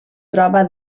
troba